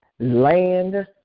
Land